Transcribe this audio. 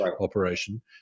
operation